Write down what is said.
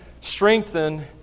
Strengthen